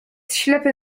ślepy